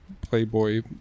playboy